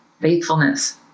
faithfulness